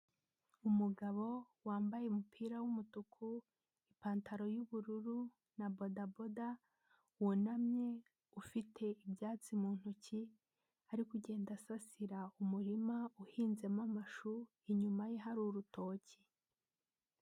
Umugabo wambaye umupira w'umutuku, ipantaro y'ubururu na bodaboda, wunamye, ufite ibyatsi mu ntoki ari kugenda asasira umurima uhinzemo amashu, inyuma ye hari urutoki.